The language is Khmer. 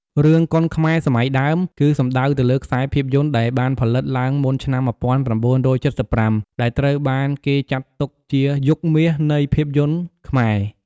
រឿងកុនខ្មែរសម័យដើម គឺសំដៅទៅលើខ្សែភាពយន្តដែលបានផលិតឡើងមុនឆ្នាំ១៩៧៥ ដែលត្រូវបានគេចាត់ទុកជា "យុគមាស" នៃភាពយន្តខ្មែរ។